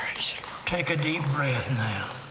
take a deep breath now.